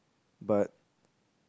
but